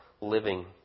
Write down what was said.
living